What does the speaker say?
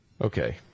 Okay